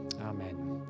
amen